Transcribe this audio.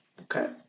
Okay